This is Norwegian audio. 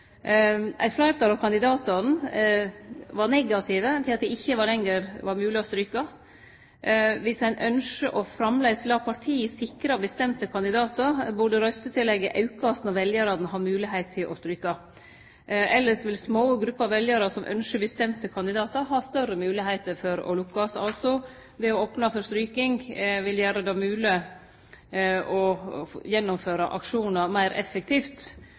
Eit fleirtal av kandidatane var negative til at det ikkje lenger var mogleg å stryke. Dersom ein framleis ynskjer å la partiet sikre bestemte kandidatar, burde røystetillegget aukast når veljarane har moglegheit til å stryke. Elles vil små grupper av veljarar som ynskjer bestemte kandidatar, ha større moglegheiter for å lukkast. Altså: Det å opne for stryking vil gjere det mogleg å gjennomføre aksjonar meir effektivt